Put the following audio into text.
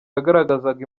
yagaragazaga